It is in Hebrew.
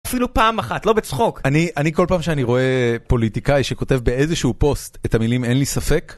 אפילו פעם אחת לא בצחוק אני אני כל פעם שאני רואה פוליטיקאי שכותב באיזשהו פוסט את המילים אין לי ספק.